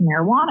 marijuana